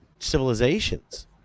civilizations